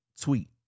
tweet